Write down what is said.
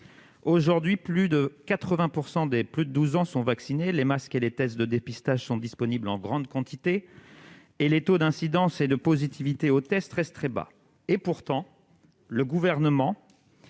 Aujourd'hui, plus de 80 % des Français âgés de plus de 12 ans sont vaccinés ; les masques et les tests de dépistage sont disponibles en grande quantité et les taux d'incidence et de positivité aux tests restent très faibles. Pourtant, le Gouvernement